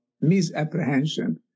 misapprehension